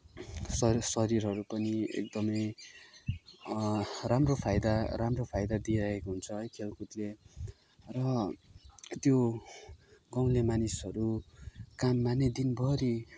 शरीर शरीरहरू पनि एकदमै राम्रो फाइदा राम्रो फाइदा दिइरहेको हुन्छ है खेलकुदले र त्यो गाउँले मानिसहरू काममा नै दिनभरि